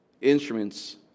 instruments